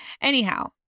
Anyhow